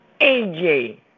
AJ